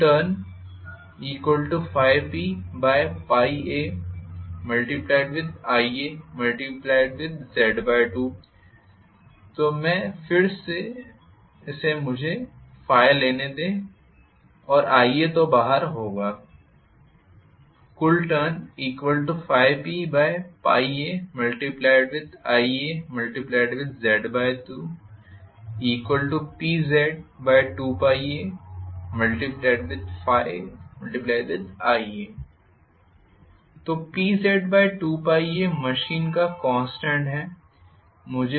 कुल टॉर्क∅PπaIaZ2 तो मैं फिर से मुझे ∅ लेने दें और Ia तो बाहर होगा कुल टॉर्क∅PπaIaZ2PZ2πa∅Ia तो PZ2πa मशीन का कॉन्स्टेंट है